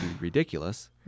ridiculous